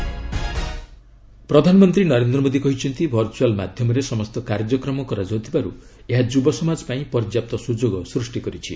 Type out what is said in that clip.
PM ପ୍ରାରମ୍ଭ ପ୍ରଧାନମନ୍ତ୍ରୀ ନରେନ୍ଦ୍ର ମୋଦି କହିଛନ୍ତି ଭର୍ଚୁଆଲ ମାଧ୍ୟମରେ ସମସ୍ତ କାର୍ଯ୍ୟକ୍ରମ କରାଯାଉଥିବାରୁ ଏହା ଯୁବ ସମାଜ ପାଇଁ ପର୍ଯ୍ୟାପ୍ତ ସୁଯୋଗ ସୃଷ୍ଟି କରିଛି